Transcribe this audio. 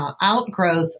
Outgrowth